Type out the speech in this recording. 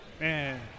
man